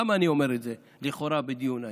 למה אני אומר את זה לכאורה בדיון היום?